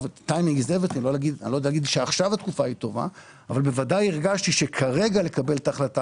התקופה היא טובה אבל בוודאי הרגשתי שכרגע לקבל את ההחלטה,